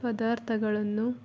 ಪದಾರ್ಥಗಳನ್ನು